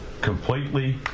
completely